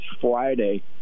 Friday